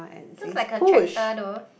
looks like a tractor though